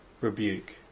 rebuke